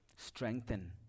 Strengthen